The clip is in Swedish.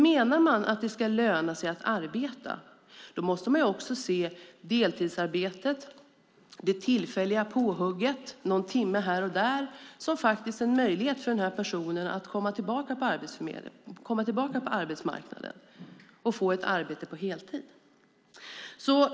Menar man att det ska löna sig att arbeta måste man också se deltidsarbetet och det tillfälliga påhugget, någon timme här och där, som en möjlighet för den här personen att komma tillbaka på arbetsmarknaden och få ett arbete på heltid.